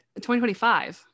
2025